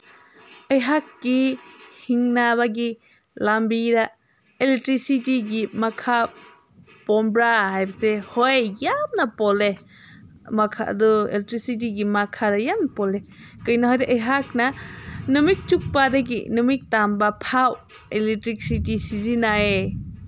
ꯑꯩꯍꯥꯛꯀꯤ ꯍꯤꯡꯅꯕꯒꯤ ꯂꯝꯕꯤꯗ ꯑꯦꯂꯦꯛꯇ꯭ꯔꯤꯁꯤꯇꯤꯒꯤ ꯃꯈꯥ ꯄꯣꯟꯕ꯭ꯔꯥ ꯍꯥꯏꯕꯁꯦ ꯍꯣꯏ ꯌꯥꯝꯅ ꯄꯣꯜꯂꯦ ꯃꯈꯥꯗꯣ ꯑꯦꯂꯦꯛꯇ꯭ꯔꯤꯁꯤꯇꯤꯒꯤ ꯃꯈꯥꯗ ꯌꯥꯝ ꯄꯣꯜꯂꯦ ꯀꯩꯒꯤꯅꯣ ꯍꯥꯏꯕꯗ ꯑꯩꯍꯥꯛꯅ ꯅꯨꯃꯤꯠ ꯆꯨꯞꯄꯗꯒꯤ ꯅꯨꯃꯤꯠ ꯇꯥꯕ ꯐꯥꯎ ꯑꯦꯂꯦꯛꯇ꯭ꯔꯤꯁꯤꯇꯤ ꯁꯤꯖꯤꯟꯅꯩ